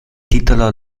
titolo